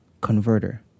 converter